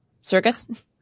circus